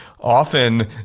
Often